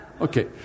Okay